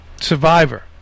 survivor